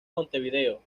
montevideo